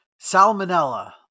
Salmonella